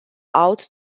out